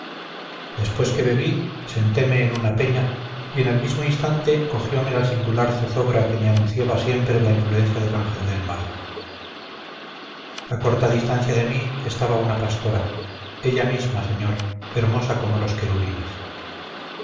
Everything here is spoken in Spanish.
después que bebí senteme en una peña y en el mismo instante cogiome la singular zozobra que me anunciaba siempre la influencia del ángel del mal a corta distancia de mí estaba una pastora ella misma señor hermosa como los querubines